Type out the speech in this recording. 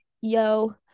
yo